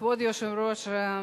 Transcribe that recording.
כבוד היושב-ראש,